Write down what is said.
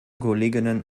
kolleginnen